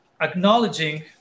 Acknowledging